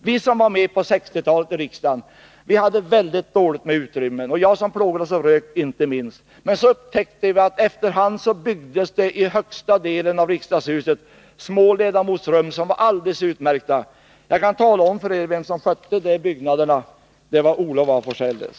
; Vi som var med i riksdagen på 1960-talet hade väldigt dåligt med utrymmen — och jag som plågas av rök inte minst. Men så upptäckte vi att efter hand byggdes det högst upp i riksdagshuset små ledamotsrum, som var alldeles utmärkta. Jag kan tala om för er vem som skötte den byggenskapen. Det var Olof af Forselles.